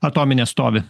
atominė stovi